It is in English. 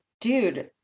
dude